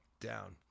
Down